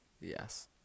Yes